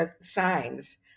signs